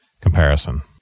comparison